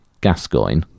Gascoigne